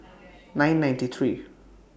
nine ninety three